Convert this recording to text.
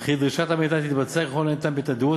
וכי דרישת המידע תתבצע ככל הניתן בתדירות